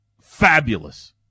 fabulous